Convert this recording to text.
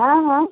हाँ हाँ